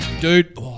Dude